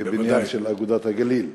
בבניין של "אגודת הגליל"